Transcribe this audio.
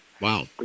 Wow